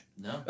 no